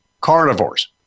carnivores